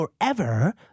forever